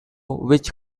which